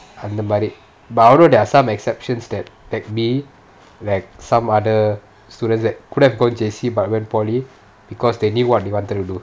அந்த மாரி:antha maari but although there are some exceptions that that be like some other students that could have gone J_C but went polytechnic because they did what they wanted to do